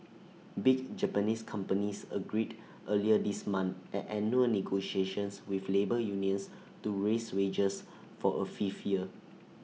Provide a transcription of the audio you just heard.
big Japanese companies agreed earlier this month at annual negotiations with labour unions to raise wages for A fifth year